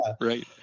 Right